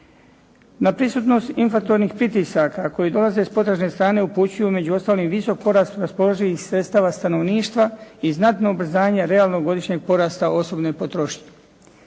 Na prisutnost infrakturnih pritisaka koji dolaze s potražne strane upućuju među ostalim, visok porast raspoloživih sredstava stanovništva i znatno ubrzanje realnog godišnjeg porasta osobne potrošnje.